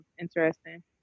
interesting